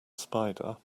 spider